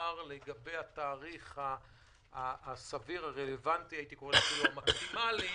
לגבי התאריך הסביר הרלוונטי המקסימלי,